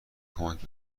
کمک